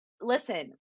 listen